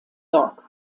york